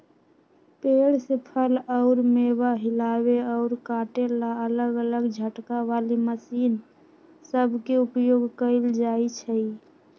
पेड़ से फल अउर मेवा हिलावे अउर काटे ला अलग अलग झटका वाली मशीन सब के उपयोग कईल जाई छई